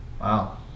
Wow